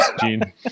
Gene